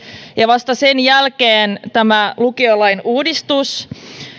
ja vasta sen jälkeen tämä lukiolain uudistus